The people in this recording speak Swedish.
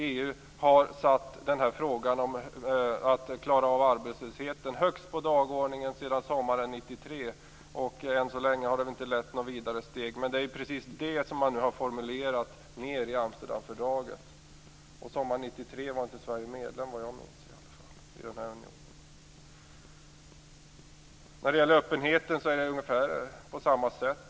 EU har satt frågan om att klara av arbetslösheten högst på dagordningen sedan sommaren 1993. Än så länge har det inte lett några steg vidare. Men det är precis det som man nu har formulerat i Amsterdamfördraget. Sommaren 1993 var inte Sverige medlem i unionen, såvitt jag minns. När det gäller öppenheten är det på ungefär samma sätt.